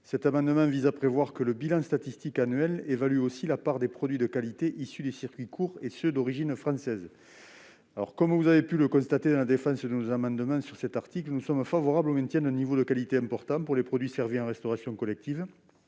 Cet amendement vise à préciser que ce bilan statistique annuel évalue aussi la part des produits de qualité issus des circuits courts et de ceux d'origine française. Comme vous avez pu le constater, nous sommes favorables au maintien d'un niveau de qualité important pour les produits servis en restauration collective.